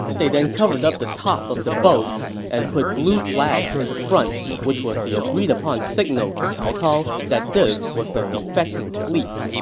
they then covered up the top of the boats and put blue flags at the front, which was the agreed-upon signal to cao cao that this was the defecting fleet.